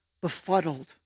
befuddled